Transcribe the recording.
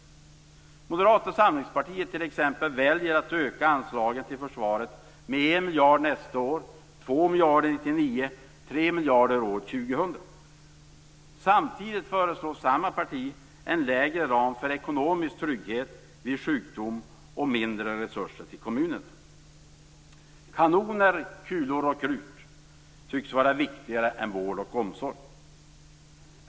Moderata samlingspartiet t.ex. väljer att öka anslagen till försvaret med 1 miljard nästa år, 2 miljarder 1999 och 3 miljarder år 2000. Samtidigt föreslår samma parti en mindre ram för ekonomisk trygghet vid sjukdom och mindre resurser till kommunerna. Kanoner, kulor och krut tycks vara viktigare än vård och omsorg.